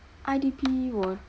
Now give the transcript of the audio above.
I_D_P 我